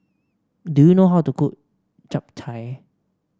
do you know how to cook Japchae